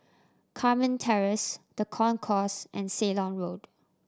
Carmen Terrace The Concourse and Ceylon Road